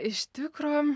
iš tikro